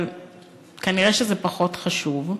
אבל כנראה זה פחות חשוב.